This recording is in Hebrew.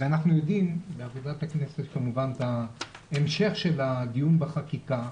אנחנו יודעים מעבודת הכנסת, על המשך הדיון בחקיקה,